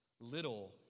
Little